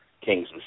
Kings